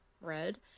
red